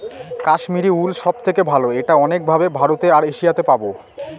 Kashmiri wool সব থেকে ভালো এটা অনেক ভাবে ভারতে আর এশিয়াতে পাবো